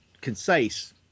concise